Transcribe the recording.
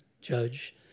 judge